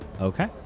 Okay